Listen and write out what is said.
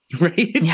right